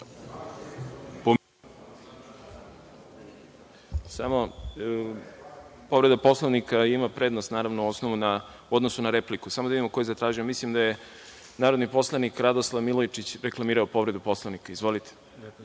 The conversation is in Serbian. Povreda Poslovnika ima prednost u odnosu na repliku. Samo da vidimo ko je zatražio. Mislim da je narodni poslanik Radoslav Milojičić reklamirao povredu Poslovnika.(Radoslav